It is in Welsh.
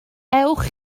ewch